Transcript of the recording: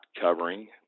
covering